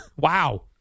Wow